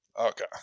Okay